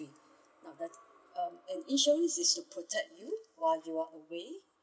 now that uh an insurance is to protect while you are away